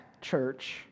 church